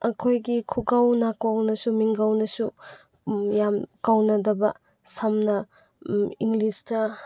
ꯑꯩꯈꯣꯏꯒꯤ ꯈꯨꯀꯧ ꯅꯥꯀꯧꯅꯁꯨ ꯃꯤꯡꯒꯧꯅꯁꯨ ꯌꯥꯝ ꯀꯧꯅꯗꯕ ꯁꯝꯅ ꯏꯪꯂꯤꯁꯇ